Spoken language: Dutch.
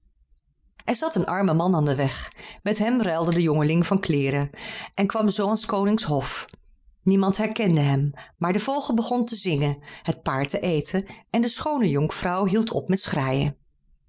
er zat een arme man aan den weg met hem ruilde de jongeling van kleeren en kwam zoo aan s koning's hof niemand herkende hem maar de vogel begon te zingen het paard te eten en de schoone jonkvrouw hield op met schreien